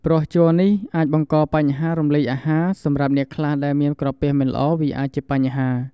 ព្រោះជ័រនេះអាចបង្កបញ្ហារំលាយអាហារសម្រាប់អ្នកខ្លះ ដែលមានក្រពះមិនល្អវាអាចជាបញ្ហា។